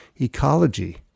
ecology